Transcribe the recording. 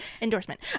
Endorsement